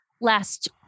last